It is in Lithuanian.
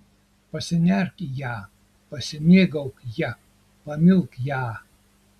pasinerk į ją pasimėgauk ja pamilk ją